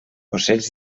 ocells